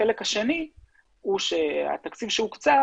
החלק השני הוא שהתקציב שהוקצה